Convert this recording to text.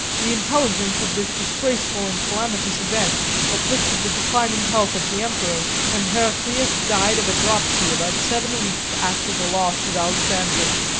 the intelligence of this disgraceful and calamitous event afflicted the declining health of the emperor and heraclius died of a dropsy about seven weeks after the loss of alexandria.